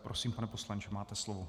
Prosím, pane poslanče, máte slovo.